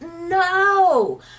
No